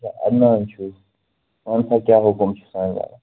اَچھا ادنان چھُو وَن سا کیٛاہ حُکُم چھُ سانہِ